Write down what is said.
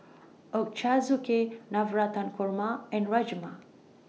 Ochazuke Navratan Korma and Rajma